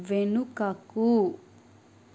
వెనుకకు